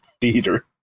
theater